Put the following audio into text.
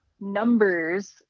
numbers